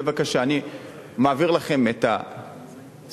בבקשה: אני מעביר לכם את הסמכויות.